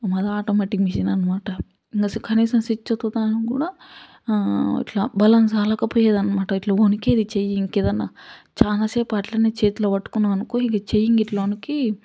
మాది automatic machine అనమాట ఇంక కనీసం స్విచ్ ఒత్తడానికి కూడా ఇట్లా బలం చాలకపోయేది అనమాట ఇట్లా వణికేది చెయ్యి ఇంకేదన్నా చాలాసేపు అలానే చేతిలో పట్టుకున్నామనుకో ఇంక చెయ్యి గిట్ల వణికి మొత్తం